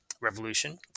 revolution